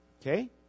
Okay